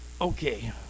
Okay